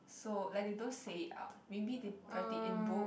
so like they don't say it out maybe they write it in bold